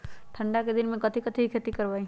ठंडा के दिन में कथी कथी की खेती करवाई?